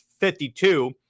52